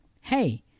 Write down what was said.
Hey